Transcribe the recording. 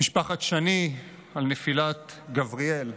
ומשפחת שני על נפילת גבריאל,